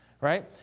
right